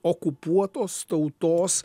okupuotos tautos